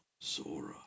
Sora